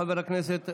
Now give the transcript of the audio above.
חבר הכנסת